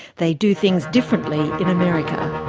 they do things differently in america.